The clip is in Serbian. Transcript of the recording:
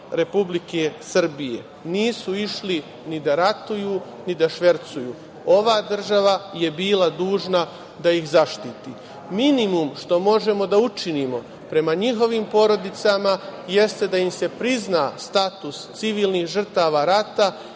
Republike Srbije. Nisu išli ni da ratuju, ni da švercuju. Ova država je bila dužna da ih zaštiti. Minimum što možemo da učinimo prema njihovim porodicama jeste da im se prizna status civilnih žrtava rata